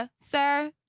sir